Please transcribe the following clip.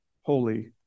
holy